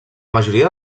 majoria